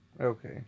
Okay